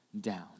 down